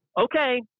okay